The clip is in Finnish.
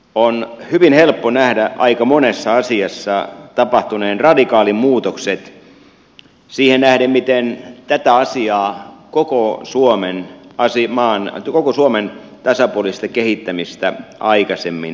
on hyvin helppo nähdä aika monessa asiassa tapahtuneen radikaaleja muutoksia siihen nähden miten tätä asiaa koko suomen tasapuolista kehittämistä aikaisemmin on hoidettu